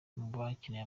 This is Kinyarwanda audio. bakiniye